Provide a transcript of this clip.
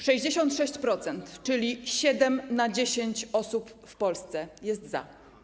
66%, czyli 7 na 10 osób w Polsce, jest za.